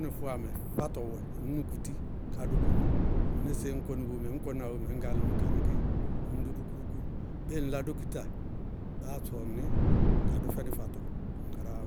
Bɩɩ ŋ wɛ fʋwa mɛ, fátɔ wɛ ŋñ nukuti ka dʋ bʋmɛ, mɩnɩsɩɩ ñ kɔnɩ bómɛ ñŋ ŋ kɔnɩ bómɛ ŋñ gáŋ lɩmɔ ka gnɩkɩ, ññ dʋ búkú-búkú, bɩɩ ŋ lá dókita, báá sɔŋ nɩ ka dʋ fɛnɩ fátɔ, ŋ gadáa'á wá.